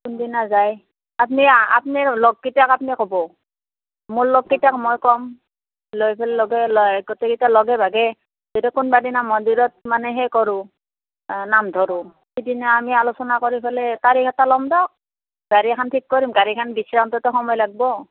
কোনদিনা যায় আপুনি আপুনি লগৰকেইটাক আপুনি ক'ব মোৰ লগৰকেইটাক মই ক'ম লৈ পেলাই গোটেইকেইটা লগে ভাগে যদি কোনোবাদিনা মন্দিৰত মানে সেই কৰোঁ নাম ধৰোঁ সেইদিনা আমি আলোচনা কৰি পেলাই তাৰিখ এটা ল'ম দিয়ক গাড়ী এখন ঠিক কৰিম গাড়ীখন বিচাৰোঁতেতো সময় লাগিব